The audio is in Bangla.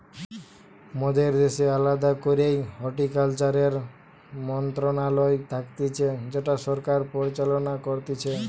মোদের দ্যাশের আলদা করেই হর্টিকালচারের মন্ত্রণালয় থাকতিছে যেটা সরকার পরিচালনা করতিছে